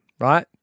right